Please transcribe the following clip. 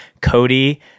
Cody